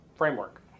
framework